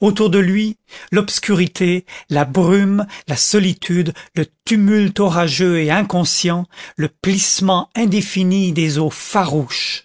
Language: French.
autour de lui l'obscurité la brume la solitude le tumulte orageux et inconscient le plissement indéfini des eaux farouches